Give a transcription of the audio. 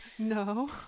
No